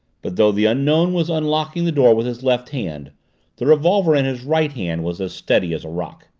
but though the unknown was unlocking the door with his left hand the revolver in his right hand was as steady as a rock.